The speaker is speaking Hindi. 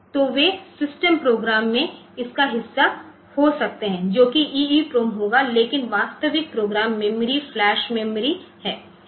तो वे सिस्टम प्रोग्राम में इसका हिस्सा हो सकते हैं जोकि EEPROM होगा लेकिन वास्तविक प्रोग्राम मेमोरी फ्लैश मेमोरी है